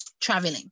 traveling